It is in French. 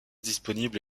disponible